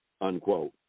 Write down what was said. unquote